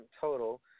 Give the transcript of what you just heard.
total